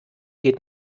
geht